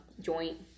joint